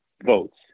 votes